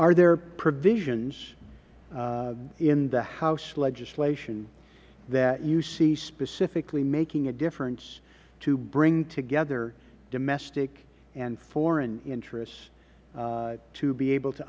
are there provisions in the house legislation that you see specifically making a difference to bring together domestic and foreign interests to be able to